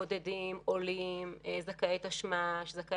בודדים, עולים, זכאי תשמ"ש, זכאי ת"ש.